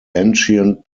ancient